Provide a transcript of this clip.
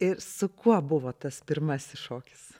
ir su kuo buvo tas pirmasis šokis